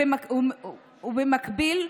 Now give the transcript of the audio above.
ובמקביל,